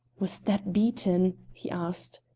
was that beaton? he asked.